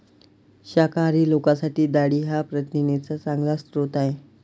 शाकाहारी लोकांसाठी डाळी हा प्रथिनांचा चांगला स्रोत आहे